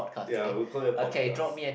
ya we will call it a podcast